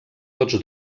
tots